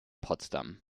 potsdam